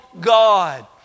God